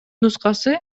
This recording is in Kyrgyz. нускасы